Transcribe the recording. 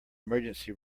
emergency